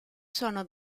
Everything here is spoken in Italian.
sono